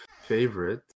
favorite